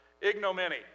ignominy